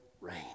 rain